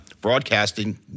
broadcasting